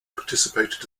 participated